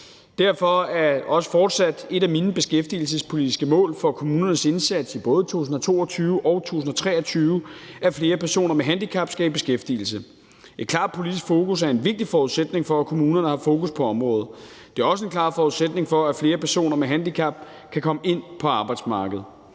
Derfor er et af mine beskæftigelsespolitiske mål for kommunernes indsats i både 2022 og 2023 også fortsat, at flere personer med handicap skal i beskæftigelse. Et klart politisk fokus er en vigtig forudsætning for, at kommunerne har fokus på området; det er også en klar forudsætning for, at flere personer med handicap kan komme ind på arbejdsmarkedet.